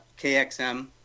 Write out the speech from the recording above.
KXM